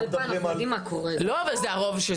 אנחנו לא מדברים על --- אבל אם זה הולך לטלפן אנחנו יודעים מה קורה.